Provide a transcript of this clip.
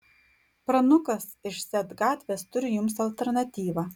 pranukas iš z gatvės turi jums alternatyvą